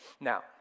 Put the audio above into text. Now